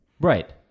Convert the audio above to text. Right